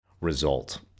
result